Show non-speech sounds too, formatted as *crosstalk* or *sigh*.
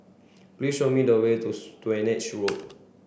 please show me the way to *unintelligible* Swanage Road